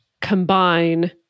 combine